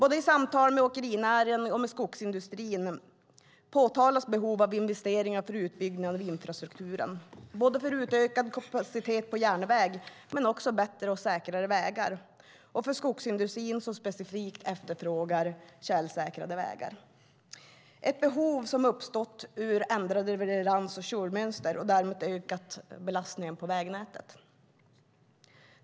I samtal med både åkerinäringen och skogsindustrin påtalas behovet av investeringar för en utbyggnad av infrastrukturen för utökad kapacitet på järnväg och för bättre och säkrare vägar samt för skogsindustrin som specifikt efterfrågar tjälsäkrade vägar. Det är ett behov som har uppstått ur ändrade leverans och körmönster och som därmed har ökat belastningen på vägnätet.